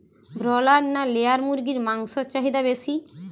Broiler না layer মুরগির মাংসর চাহিদা বেশি?